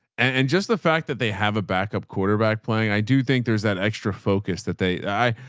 and just the fact that they have a backup quarterback playing, i do think there's that extra focus that they, i,